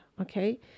okay